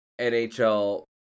NHL